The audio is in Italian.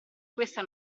questa